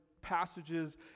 passages